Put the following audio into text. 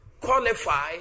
qualify